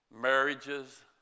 marriages